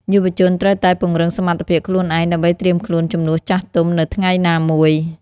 យុវជនត្រូវតែពង្រឹងសមត្ថភាពខ្លួនឯង ដើម្បីត្រៀមខ្លួនជំនួសចាស់ទុំនៅថ្ងៃណាមួយ។